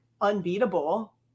unbeatable